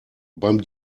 beim